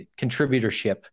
contributorship